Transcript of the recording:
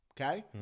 okay